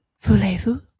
Voulez-vous